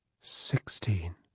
sixteen